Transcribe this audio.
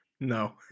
No